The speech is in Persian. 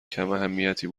کماهمیتی